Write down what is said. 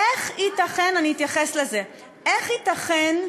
תמר, זה, איך ייתכן,